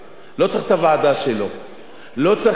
לא צריך להמציא את הגלגל, הגלגל נמצא.